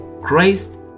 Christ